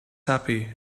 happy